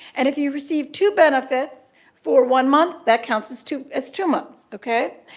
and if you receive two benefits for one month that counts as two as two months, ok?